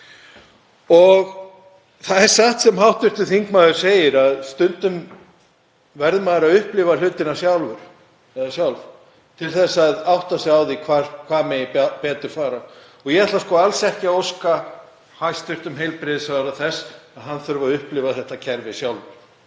Það er satt, sem hv. þingmaður segir, að stundum verður maður að upplifa hlutina sjálfur til að átta sig á því hvað megi betur fara. Ég ætla alls ekki að óska hæstv. heilbrigðisráðherra þess að hann þurfi að upplifa þetta kerfi sjálfur.